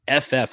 ff